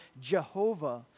Jehovah